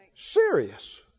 Serious